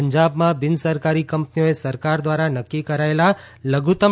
પંજાબમાં બિનસરકારી કંપનીઓએ સરકાર દ્વારા નક્કી કરાયેલા લધુત્તમ